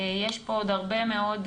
יש פה עוד הרבה מאוד